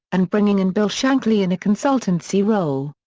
and bringing in bill shankly in a consultancy role.